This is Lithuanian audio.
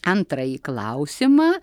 antrąjį klausimą